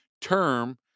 term